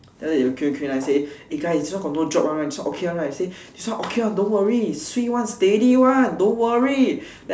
then after that eh guys this one got no drop [one] right this one okay [one] right this one swee [one] steady [one] don't worry